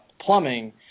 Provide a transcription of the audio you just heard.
plumbing